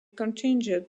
contingent